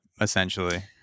essentially